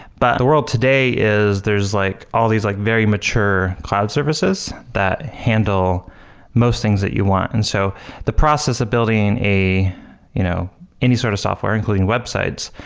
but the world today is there's like all these like very mature cloud services that handle most things that you want. and so the process of building any you know any sort of software, including websites,